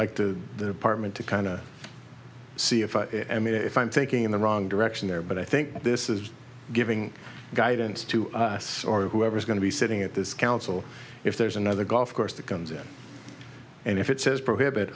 like to the apartment to kind of see if i am if i'm thinking in the wrong direction there but i think this is giving guidance to us or whoever is going to be sitting at this council if there's another golf course that comes in and if it says prohibit